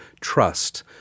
trust